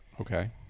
Okay